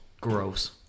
gross